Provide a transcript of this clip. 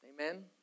Amen